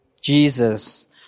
Jesus